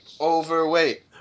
overweight